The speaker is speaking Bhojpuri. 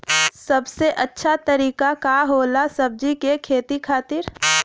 सबसे अच्छा तरीका का होला सब्जी के खेती खातिर?